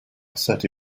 thirty